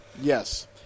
Yes